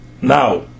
now